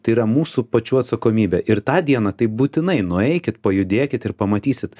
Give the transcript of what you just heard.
tai yra mūsų pačių atsakomybė ir tą dieną tai būtinai nueikit pajudėkit ir pamatysit